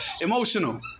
emotional